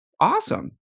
awesome